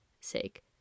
sake